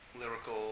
lyrical